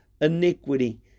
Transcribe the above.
iniquity